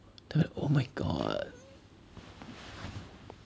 then oh my god